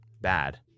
bad